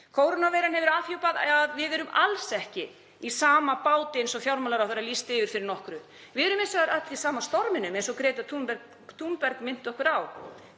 Kórónuveiran hefur afhjúpað að við erum alls ekki í sama báti, eins og fjármálaráðherra lýsti yfir fyrir nokkru. Við erum hins vegar öll í sama storminum, eins og Greta Thunberg minnti okkur á,